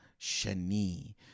shani